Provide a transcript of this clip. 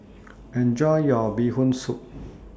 Enjoy your Bee Hoon Soup